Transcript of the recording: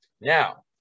Now